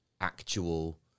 actual